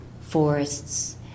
forests